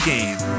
Game